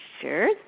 sure